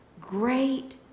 great